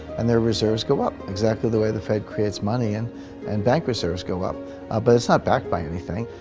and their reserves go up, exactly the way the fed creates money and and bank reserves go up ah but it's not backed by anything.